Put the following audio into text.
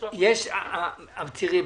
בסדר,